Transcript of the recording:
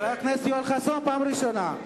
חבר הכנסת יואל חסון, פעם ראשונה.